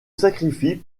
sacrifie